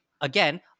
again